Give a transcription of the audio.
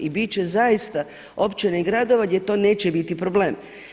I bit će zaista općina i gradova gdje to neće biti problem.